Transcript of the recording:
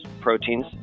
proteins